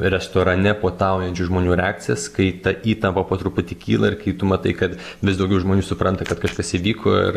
restorane puotaujančių žmonių reakcijas kai ta įtampa po truputį kyla ir kai tu matai kad vis daugiau žmonių supranta kad kažkas įvyko ir